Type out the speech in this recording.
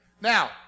Now